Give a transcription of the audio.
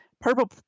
purple